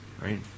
right